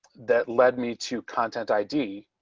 that led me to content id.